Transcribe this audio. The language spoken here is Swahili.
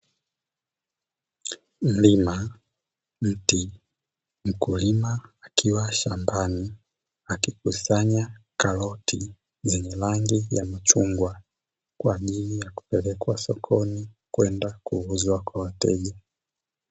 Mlima, mti, mkulima akiwa shambani akikusanya karoti zenye rangi ya michungwa kwa ajili ya kupelekwa sokoni kwenda kuuzwa kwa wateja.